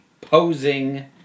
posing